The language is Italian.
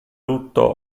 lutto